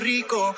Rico